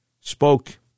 spoke